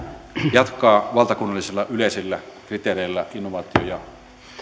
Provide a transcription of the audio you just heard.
jatkaa valtakunnallisilla yleisillä kriteereillä innovaatio ja